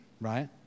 Right